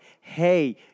hey